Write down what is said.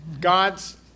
God's